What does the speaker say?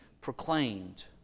proclaimed